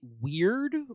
weird